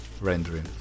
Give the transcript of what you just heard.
rendering